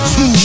Two